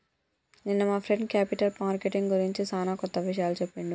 నిన్న మా friend capital marketing గురించి సానా కొత్త విషయాలు చెప్పిండు